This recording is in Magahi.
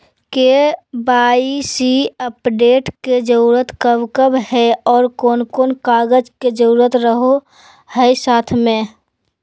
के.वाई.सी अपडेट के जरूरत कब कब है और कौन कौन कागज के जरूरत रहो है साथ में?